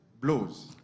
blows